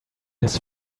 his